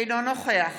אינו נוכח